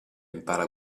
impara